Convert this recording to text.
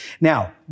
Now